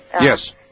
Yes